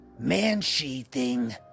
Man-she-thing